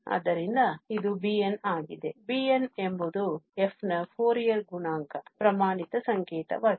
ಆದ್ದರಿಂದ ಇದು bn ಆಗಿದೆ bn ಎಂಬುದು f ನ ಫೋರಿಯರ್ ಗುಣಾಂಕದ ಪ್ರಮಾಣಿತ ಸಂಕೇತವಾಗಿದೆ